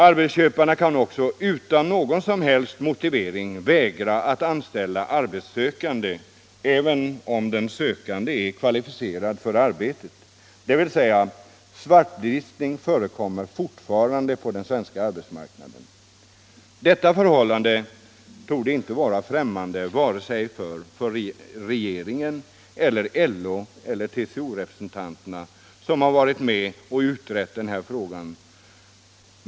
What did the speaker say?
Arbetsköparna kan också utan någon som helst motivering vägra att anställa arbetssökande, även om den sökande är kvalificerad för arbetet, dvs. svartlistning förekommer fortfarande på den svenska arbetsmarknaden. Detta förhållande torde inte vara främmande vare sig för regeringen eller för LO och TCO-representanterna, som har varit med och utrett den här frågan.